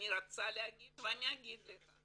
אני רוצה להגיד ואני אגיד לך.